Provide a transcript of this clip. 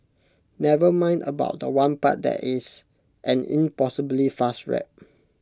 never mind about The One part that is an impossibly fast rap